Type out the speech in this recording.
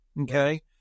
okay